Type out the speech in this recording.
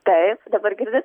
taip dabar girdit